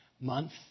month